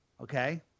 okay